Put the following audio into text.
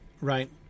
right